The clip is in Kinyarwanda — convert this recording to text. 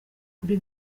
kuri